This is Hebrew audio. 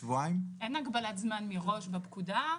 אין הגבלת זמן מראש בפקודה,